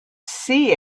see